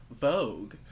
Vogue